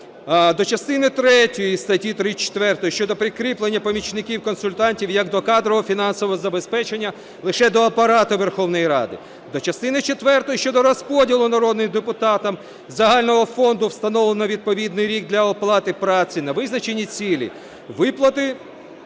до частини третьої статті 34 щодо прикріплення помічників-консультантів як до кадрового і фінансового забезпечення лише до Апарату Верховної Ради. До частини четвертої щодо розподілу народним депутатам з загального фонду, встановленого на відповідний рік, для оплати праці на визначені цілі: виплати